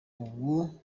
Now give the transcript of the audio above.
ubu